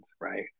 right